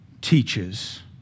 teaches